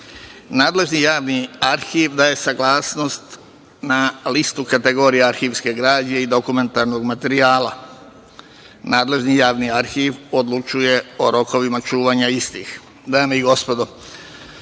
nadležni javni arhiv daje saglasnost na listu kategorija arhivske građe i dokumentarnog materijala. Nadležni javni arhiv odlučuje o rokovima čuvanja istih. Dame i gospodo,